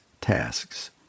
tasks